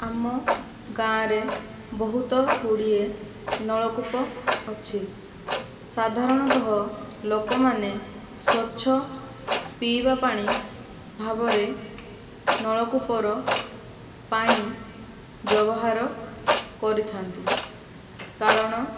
ଆମ ଗାଁ ରେ ବହୁତ ଗୁଡ଼ିଏ ନଳକୂପ ଅଛି ସାଧାରଣତଃ ଲୋକମାନେ ସ୍ୱଚ୍ଛ ପିଇବା ପାଣି ଭାବରେ ନଳକୂପର ପାଣି ବ୍ୟବହାର କରିଥାନ୍ତି କାରଣ